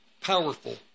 powerful